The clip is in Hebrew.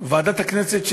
ועדת הכנסת,